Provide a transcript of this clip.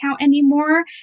anymore